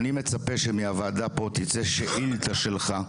אני מצפה שמהוועדה פה תצא שאילתה שלך,